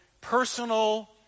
personal